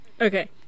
Okay